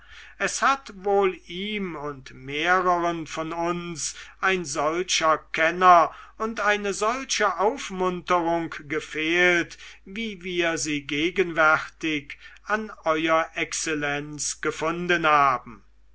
es hat wohl ihm und mehreren von uns nur ein solcher kenner und eine solche aufmunterung gefehlt wie wir sie gegenwärtig an ew exzellenz gefunden haben